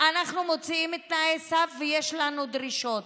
אנחנו מוציאים תנאי סף ויש לנו דרישות.